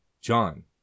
John